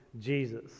Jesus